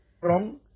wrong